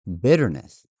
bitterness